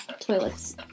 Toilets